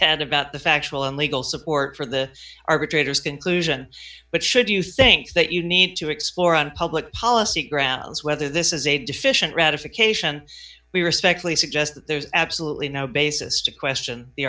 ted about the factual and legal support for the arbitrators conclusion but should you think that you need to explore on public policy grounds whether this is a deficient ratification we respectfully suggest there's absolutely no basis to question the